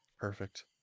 Perfect